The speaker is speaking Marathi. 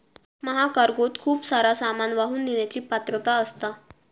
महाकार्गोत खूप सारा सामान वाहून नेण्याची पात्रता असता